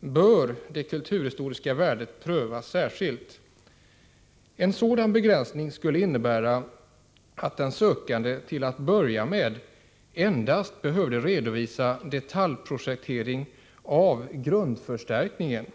bör det kulturhistoriska värdet prövas särskilt. En sådan begränsning skulle innebära att den sökande till att börja med endast behövde redovisa detaljprojektering av grundförstärkningen.